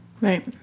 Right